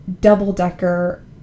double-decker